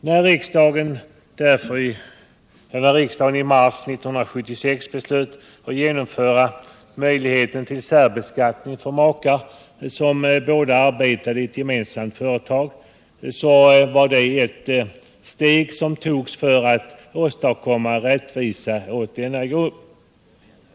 När riksdagen i mars 1976 beslöt genomföra möjligheten till särbeskattning för makar som båda arbetar i ett gemensamt företag var det ett steg som togs för att åstadkomma rättvisa åt denna grupp.